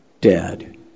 dead